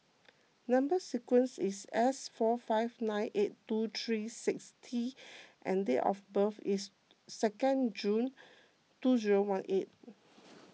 Number Sequence is S four five nine eight two three six T and date of birth is second June two zero one eight